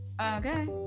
okay